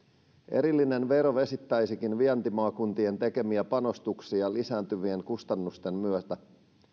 erillinen vero vesittäisikin vientimaakuntien tekemiä panostuksia lisääntyvien kustannusten myötä